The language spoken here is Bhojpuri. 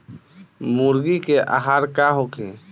मुर्गी के आहार का होखे?